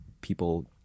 people